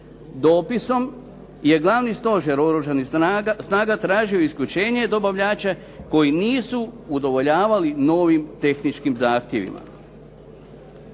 Dopisom je Glavni stožer Oružanih snaga tražio isključenje dobavljača koji nisu udovoljavali novim tehničkim zahtjevima.